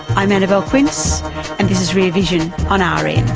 i'm annabelle quince and this is rear vision on ah rn